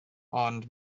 ond